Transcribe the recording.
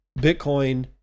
Bitcoin